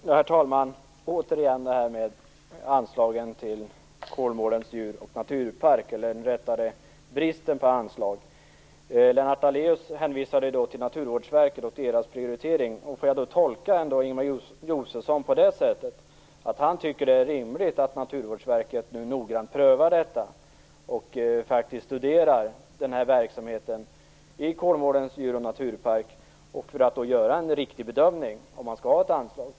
Herr talman! Vad återigen gäller bristen på anslag till Kolmårdens djurpark hänvisade Lennart Daléus till Naturvårdsverkets prioritering. Får jag tolka Ingemar Josefsson på det sättet att han tycker att det är rimligt att Naturvårdsverket nu noggrant prövar detta och faktiskt studerar verksamheten vid Kolmårdens djurpark för att göra en riktig bedömning av om man skall ge ett anslag?